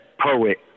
poet